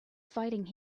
fighting